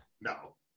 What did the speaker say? No